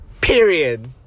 Period